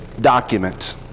document